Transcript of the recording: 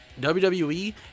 WWE